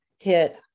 hit